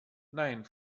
nein